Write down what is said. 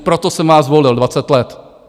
Proto jsem vás volil dvacet let!